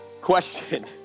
question